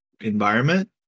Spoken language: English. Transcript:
environment